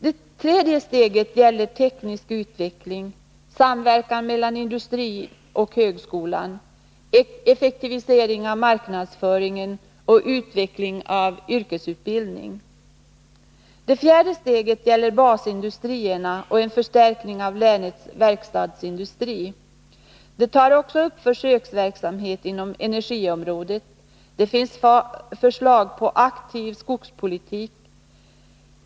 Det tredje steget gäller teknisk utveckling, samverkan mellan industrin och högskolan, effektivisering av marknadsföringen och utveckling av yrkesutbildningen. Det fjärde steget gäller basindustrierna och en förstärkning av länets verkstadsindustri. Det tar också upp försöksverksamhet inom energiområdet. Det finns förslag på en aktiv skogspolitik.